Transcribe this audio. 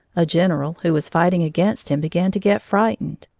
a general who was fighting against him began to get frightened,